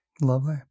Lovely